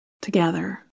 together